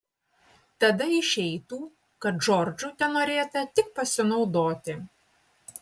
tada išeitų kad džordžu tenorėta tik pasinaudoti